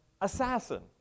assassin